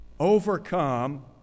overcome